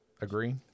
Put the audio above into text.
Agree